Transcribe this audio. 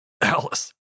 Alice